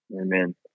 Amen